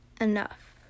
enough